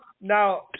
now